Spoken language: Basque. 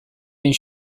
hain